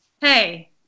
hey